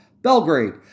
Belgrade